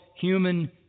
human